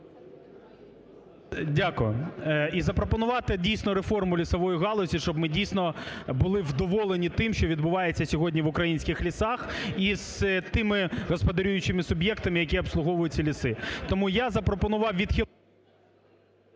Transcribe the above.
Дякую. І запропонувати дійсно реформу лісової галузі, щоб ми дійсно були вдоволені тим, що відбувається сьогодні в українських лісах із тими господарюючими суб'єктами, які обслуговують ці ліси. Тому я запропонував відхилити…